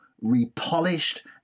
repolished